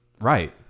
Right